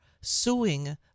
suing